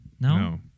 No